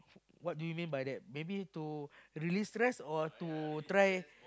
what do you mean by that maybe to release stress or to try